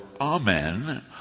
amen